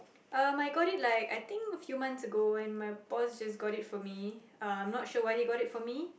um I got it like a few months ago and my boss just got it for me I'm not sure why he got it for me